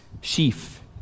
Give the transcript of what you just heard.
sheaf